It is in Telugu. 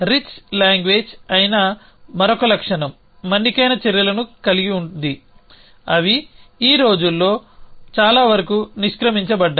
రిచ్ గ్వేజ్ అయిన మరొక లక్షణం మన్నికైన చర్యలను కలిగి ఉంది అవి ఈ రోజుల్లో చాలా వరకు నిష్క్రమించబడ్డాయి